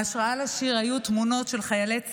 ההשראה לשיר הייתה תמונות של חיילי צה"ל,